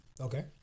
okay